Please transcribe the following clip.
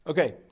Okay